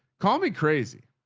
call me crazy.